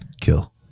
Kill